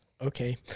Okay